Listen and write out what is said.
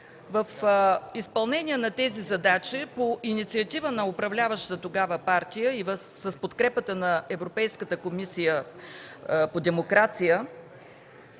в изпълнение на тези задачи по инициатива на управляващата тогава партия и с подкрепа на Европейската комисия за демокрация